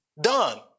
done